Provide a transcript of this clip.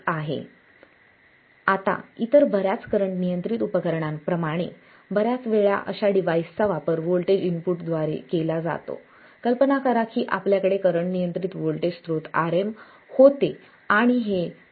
slide वेळ 0639 आता इतर बर्याच करंट नियंत्रित उपकरणांप्रमाणेच बर्याच वेळा अशा डिव्हाइसचा वापर व्होल्टेज इनपुटद्वारे केला जातो कल्पना करा की आपल्याकडे करंट नियंत्रित व्होल्टेज स्रोत Rm होते आणि हे स्रोत रेसिस्टन्स RS आहे